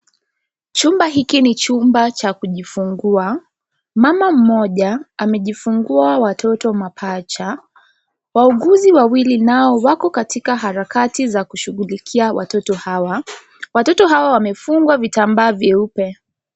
Chumba hiki ni chumba cha kujifungua. Mama mmoja amejifungua watoto mapacha. Waguzi wawili nao wako katika harakati za kushughulikia watoto hawa. Watoto hao wamefungwa vitambaa vyeupe.